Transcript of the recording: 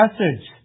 message